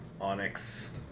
Onyx